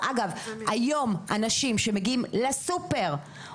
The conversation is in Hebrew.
עורכת דין אסולין דיברה על האוניות.